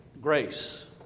grace